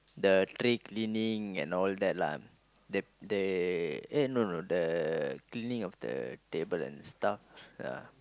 the tray cleaning and all that lah they they eh no no the cleaning of the table and stuff ya